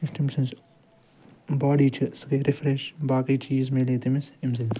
یُس تٔمۍ سٕنٛز باڈۍ چھِ سۄ گٔے رِفریٚش باقٕے چیٖز میلے تٔمِس اَمہِ سۭتۍ